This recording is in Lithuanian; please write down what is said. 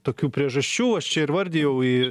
tokių priežasčių aš čia ir vardijau į